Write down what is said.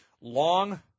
long